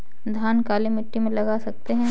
धान काली मिट्टी में लगा सकते हैं?